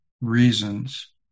reasons